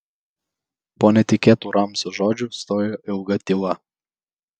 po netikėtų ramzio žodžių stojo ilga tyla